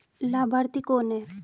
लाभार्थी कौन है?